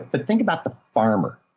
but think about the farmer,